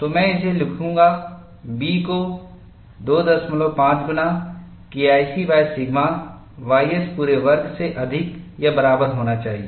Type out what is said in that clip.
तो मैं इसे लिखूंगा B को 25 गुना KIC सिग्मा ys पूरे वर्ग से अधिक या बराबर होना चाहिए